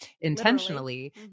intentionally